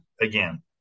again